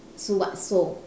sulwhasoo